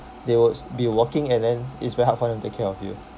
they would s~ be working and then it's very hard for them to care of you